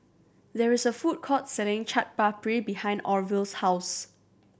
there is a food court selling Chaat Papri behind Orville's house